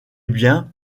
bien